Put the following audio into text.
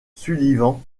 sullivan